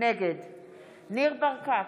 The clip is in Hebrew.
נגד ניר ברקת,